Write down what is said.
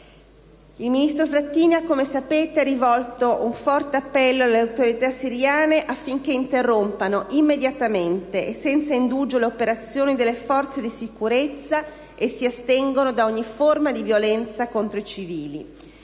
Il ministro Frattini ha, come sapete, rivolto un forte appello alle autorità siriane affinché interrompano, immediatamente e senza indugio, le operazioni delle forze di sicurezza e si astengano da ogni forma di violenza contro i civili.